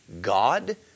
God